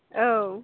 औ